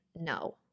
no